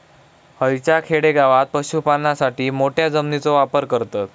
हयच्या खेडेगावात पशुपालनासाठी मोठ्या जमिनीचो वापर करतत